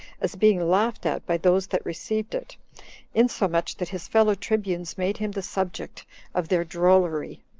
as being laughed at by those that received it insomuch that his fellow tribunes made him the subject of their drollery